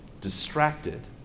distracted